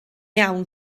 iawn